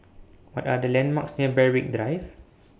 What Are The landmarks near Berwick Drive